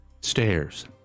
stairs